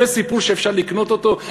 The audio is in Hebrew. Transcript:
זה סיפור שאפשר לקנות אותו?